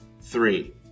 three